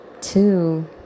Two